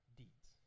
deeds